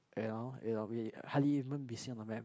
you know you know we hardly even be seen on the map